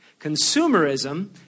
Consumerism